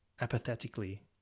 apathetically